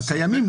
הקיימים,